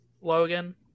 Logan